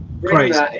Crazy